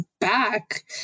back